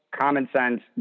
common-sense